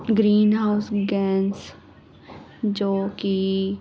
green house gas ਜੋ ਕਿ